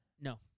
No